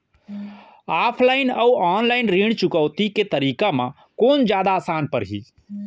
Offline अऊ online ऋण चुकौती के तरीका म कोन जादा आसान परही?